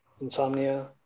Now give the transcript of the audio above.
insomnia